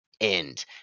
end